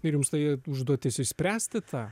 ir jums tai užduotis išspręsti tą